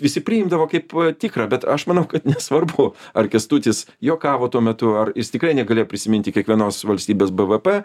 visi priimdavo kaip tikrą bet aš manau kad nesvarbu ar kęstutis juokavo tuo metu ar jis tikrai negalėjo prisiminti kiekvienos valstybės bvp